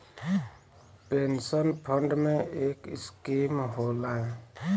pension fund में एक scheme होला